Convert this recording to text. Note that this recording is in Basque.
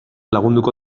lagunduko